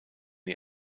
die